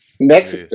Next